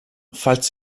falls